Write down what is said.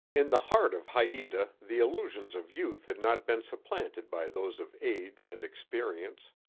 in the heart of haita the illusions of youth had not been supplanted by those of age and experience.